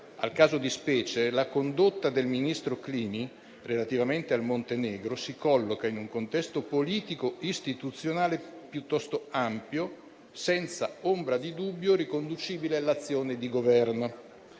al caso di specie, la condotta del ministro Clini relativamente al Montenegro si colloca in un contesto politico istituzionale piuttosto ampio, senza ombra di dubbio riconducibile all'azione di Governo.